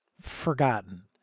forgotten